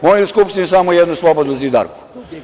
Oni u Skupštini samo jednu slobodnu zidarku.